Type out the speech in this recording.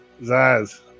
Zaz